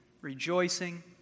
rejoicing